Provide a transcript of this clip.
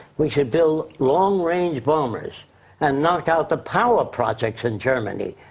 we should build long range bombers and knock out the power projects in germany.